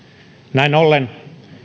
näin ollen